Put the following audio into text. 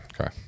Okay